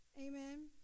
Amen